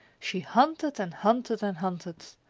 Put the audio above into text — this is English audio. she hunted and hunted and hunted.